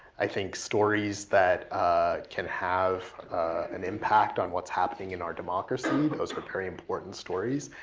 i think stories that can have an impact on what's happening in our democracy, those are very important stories.